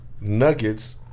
Nuggets